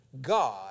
God